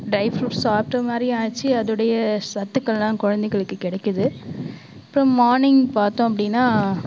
try fruits சாப்ட்டமாதிரியும் ஆச்சு அதுடைய சத்துக்கள் எல்லாம் குழந்தைகளுக்கு கிடைக்கிது இப்போ மார்னிங் பார்த்தோம் அப்படின்னா